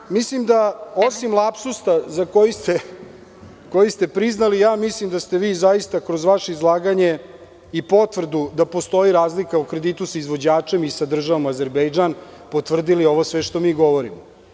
Inače, mislim da osim lapsusa za koji ste priznali, mislim da ste vi zaista kroz vaše izlaganje i potvrdu da postoji razlika u kreditu za izvođačem i sa državom Azerbejdžan potvrdili sve ovo što mi govorimo.